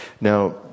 Now